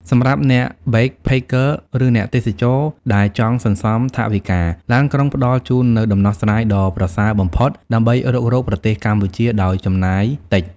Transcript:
សម្រាប់អ្នក backpacker ឬអ្នកទេសចរណ៍ដែលចង់សន្សំថវិកា ឡានក្រុងផ្តល់ជូននូវដំណោះស្រាយដ៏ប្រសើរបំផុតដើម្បីរុករកប្រទេសកម្ពុជាដោយចំណាយតិច។